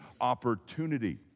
opportunity